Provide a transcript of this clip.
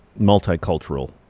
multicultural